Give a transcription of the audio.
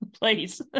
please